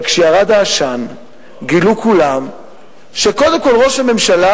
אבל כשירד העשן גילו כולם שקודם כול ראש הממשלה,